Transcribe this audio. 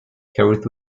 carries